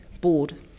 Board